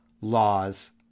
laws